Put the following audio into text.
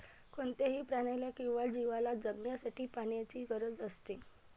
कोणत्याही प्राण्याला किंवा जीवला जगण्यासाठी पाण्याची गरज असते